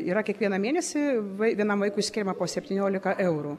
yra kiekvieną mėnesį vienam vaikui skiriama po septyniolika eurų